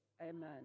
amen